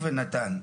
ונט"ן,